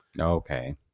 okay